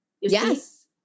Yes